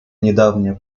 недавнее